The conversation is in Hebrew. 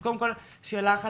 אז קודם כל שאלה אחת,